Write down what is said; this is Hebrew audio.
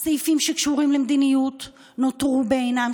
הסעיפים שקשורים למדיניות של שר המשטרה נותרו בעינם,